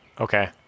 Okay